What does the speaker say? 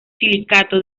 silicato